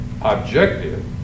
objective